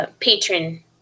patron